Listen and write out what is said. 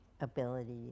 ability